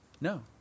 No